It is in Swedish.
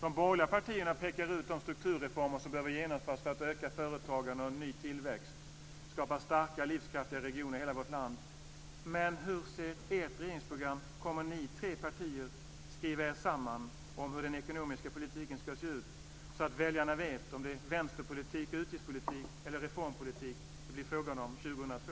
De borgerliga partierna pekar ut de strukturreformer som behöver genomföras för att öka företagandet, ge ny tillväxt och skapa starka livskraftiga regioner i hela vårt land. Men hur ser ert regeringsprogram ut? Kommer ni tre partier att skriva er samman om hur den ekonomiska politiken ska se ut så att väljarna vet om det är vänsterpolitik, utgiftspolitik eller reformpolitik det blir frågan om 2002?